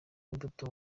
imbuto